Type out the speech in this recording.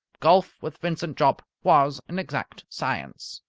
golf with vincent jopp was an exact science.